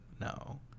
no